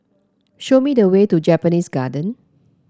show me the way to Japanese Garden